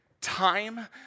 Time